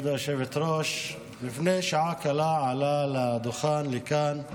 כבוד היושבת-ראש, לפני שעה קלה עלה לדוכן, לכאן,